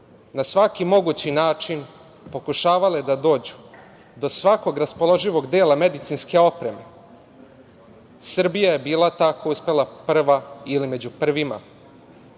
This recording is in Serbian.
na svaki mogući način pokušavale da dođu do svakog raspoloživog dela medicinske opreme Srbija je bila ta koja je uspela prva ili među prvima